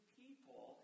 people